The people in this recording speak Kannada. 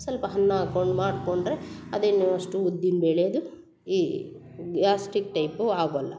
ಸ್ವಲ್ಪ ಅನ್ನ ಹಾಕೊಂಡು ಮಾಡ್ಕೊಂಡರೆ ಅದೇನು ಅಷ್ಟು ಉದ್ದಿನ ಬೇಳೆದು ಈ ಗ್ಯಾಸ್ಟಿಕ್ ಟೈಪು ಆಗೊಲ್ಲ